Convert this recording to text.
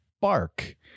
bark